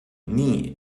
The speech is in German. nie